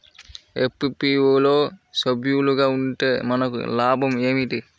FPO లో సభ్యులుగా ఉంటే మనకు లాభం ఏమిటి?